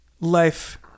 Life